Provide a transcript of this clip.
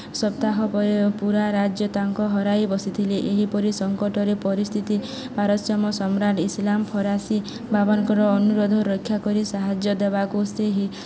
ସପ୍ତାହ ପରେ ପୁରା ରାଜ୍ୟ ତାଙ୍କ ହରାଇ ବସିଥିଲେ ଏହିପରି ସଂଙ୍କଟରେ ପରିସ୍ଥିତି ପାରଶ୍ଚମ ସମ୍ରାଟ ଇସଲାମ ଫରାଶୀ ବାବରଙ୍କର ଅନୁରୋଧ ରକ୍ଷା କରି ସାହାଯ୍ୟ ଦେବାକୁ ସେ